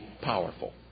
powerful